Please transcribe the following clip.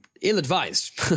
ill-advised